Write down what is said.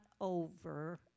over